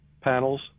panels